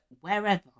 wherever